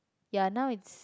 ya now is